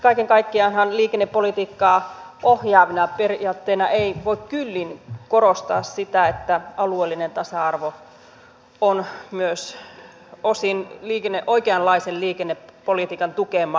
kaiken kaikkiaanhan liikennepolitiikkaa ohjaavana periaatteena ei voi kyllin korostaa sitä että alueellinen tasa arvo on osin myös oikeanlaisen liikennepolitiikan tukemaa